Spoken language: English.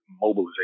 mobilization